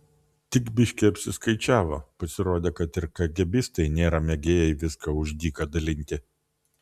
tik biški apsiskaičiavo pasirodė kad ir kagėbistai nėra mėgėjai viską už dyką dalinti